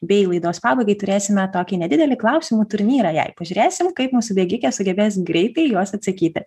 bei laidos pabaigai turėsime tokį nedidelį klausimų turnyrą jai pažiūrėsim kaip mūsų bėgikės sugebės greitai į juos atsakyti